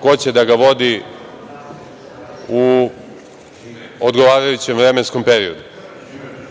ko će da ga vodi u odgovarajućem vremenskom periodu.U